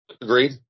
Agreed